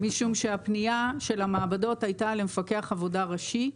משום שהפניה של המעבדות הייתה למפקח עבודה ראשי,